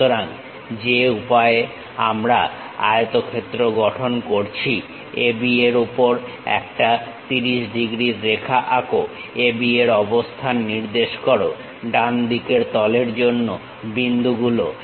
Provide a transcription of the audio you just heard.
সুতরাং যে উপায়ে আমরা আয়তক্ষেত্র গঠন করেছি AB এর উপর একটা 30 ডিগ্রীর রেখা আঁকো AB এর অবস্থান নির্দেশ করো ডানদিকের তলের জন্য বিন্দুগুলো